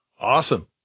Awesome